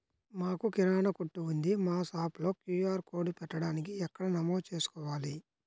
మాకు కిరాణా కొట్టు ఉంది మా షాప్లో క్యూ.ఆర్ కోడ్ పెట్టడానికి ఎక్కడ నమోదు చేసుకోవాలీ?